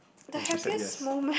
when she said yes